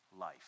life